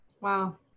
Wow